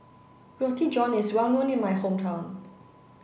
Roti John is well known in my hometown